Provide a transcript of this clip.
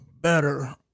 better